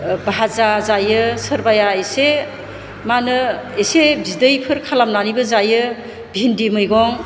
भाजा जायो सोरबाया एसे माहोनो एसे बिदैफोर खालामनानैबो जायो भिन्दि मैगं